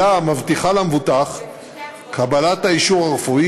אלא מבטיחה למבוטח את קבלת האישור הרפואי,